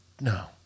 No